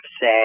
say